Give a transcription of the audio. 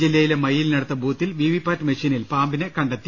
ജില്ലയിലെ മയ്യിലിന ടുത്ത ബൂത്തിൽ വി വി പാറ്റ് മെഷീനിൽ പാമ്പിനെ കണ്ടെത്തി